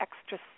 extra